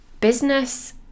business